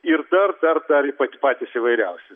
ir dar dar dar pat patys įvairiausi